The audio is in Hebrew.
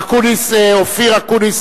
אופיר אקוניס,